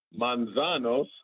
Manzanos